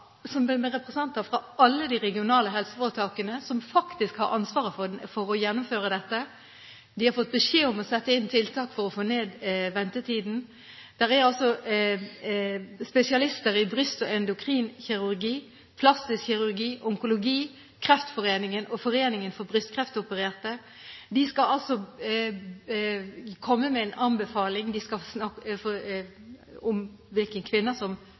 faggruppe med representanter fra alle de regionale helseforetakene, som faktisk har ansvaret for å gjennomføre dette. De har fått beskjed om å sette inn tiltak for å få ned ventetiden. Det er altså spesialister i brystkirurgi og endokrin kirurgi, plastisk kirurgi, onkologi. Kreftforeningen og Foreningen for brystkreftopererte skal altså komme med en anbefaling om hvilke kvinner som skal